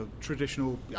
traditional